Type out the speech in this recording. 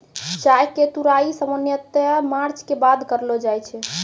चाय के तुड़ाई सामान्यतया मार्च के बाद करलो जाय छै